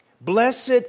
Blessed